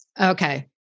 Okay